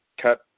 cut